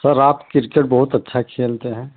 sir आप cricket बहुत अच्छा खेलते हैं